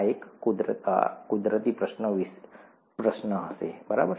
આ કુદરતી પ્રશ્નો વિશે હશે બરાબર